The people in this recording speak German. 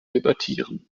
debattieren